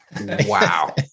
wow